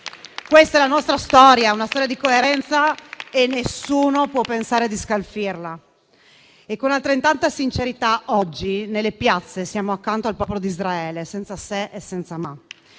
Questa è la nostra storia, una storia di coerenza, e nessuno può pensare di scalfirla. Con altrettanta sincerità oggi nelle piazze siamo accanto al popolo di Israele, senza se